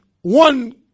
one